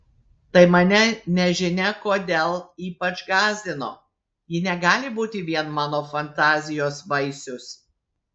tai mane nežinia kodėl ypač gąsdino ji negali būti vien mano fantazijos vaisius